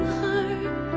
heart